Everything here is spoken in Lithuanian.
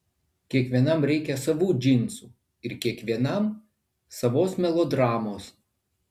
kiekvienam reikia savų džinsų ir kiekvienam savos melodramos